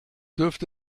dürfte